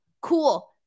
Cool